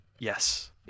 Yes